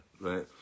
right